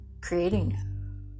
creating